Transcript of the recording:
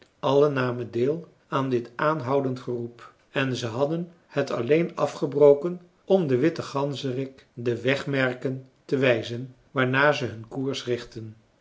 allen namen deel aan dit aanhoudend geroep en ze hadden het alleen afgebroken om den witten ganzerik de wegmerken te wijzen waarnaar ze hun koers richtten